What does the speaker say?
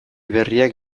berriak